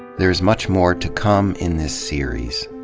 there's much more to come in this series.